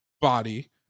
body